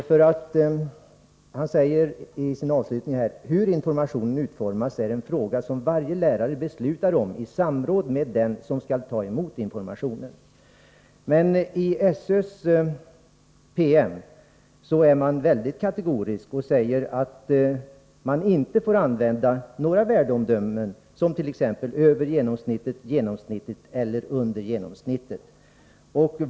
Statsrådet Göransson säger i sitt svar så här: ”Hur informationen utformas är en fråga som varje lärare beslutar om i samråd med den som skall ta emot informationen.” I SÖ:s PM är man väldigt kategorisk och säger att några värdeomdömen inte får användas, t.ex. över genomsnittet, genomsnittet eller under genomsnittet.